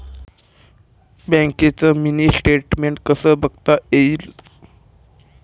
बँकेचं mini statement कसं बघता येईल?